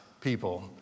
people